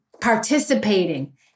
participating